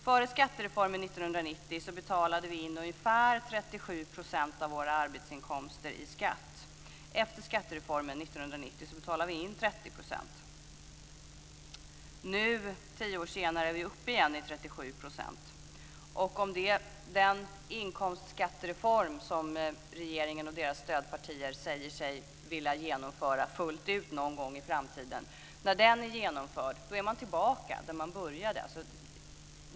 Före skattereformen 1990 betalade vi in ungefär 37 % av våra arbetsinkomster i skatt. Efter skattereformen 1990 betalade vi in 30 %. Nu, tio år senare, är vi uppe i 37 % igen. När den inkomstskattereform som regeringen och deras stödpartier säger sig vilja genomföra fullt ut någon gång i framtiden är genomförd är man tillbaka där man började.